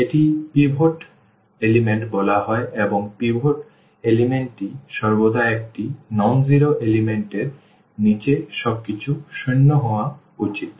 এটিকে পিভট উপাদান বলা হয় এবং পিভট উপাদানটি সর্বদা একটি অ শূন্য উপাদান এবং এর নীচে সবকিছু শূন্য হওয়া উচিত